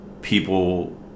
people